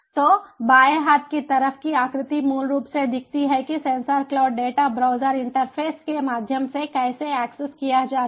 तो बाएं हाथ की तरफ की आकृति मूल रूप से दिखाती है कि sensor cloud data browser interface के माध्यम से कैसे एक्सेस किया जाता है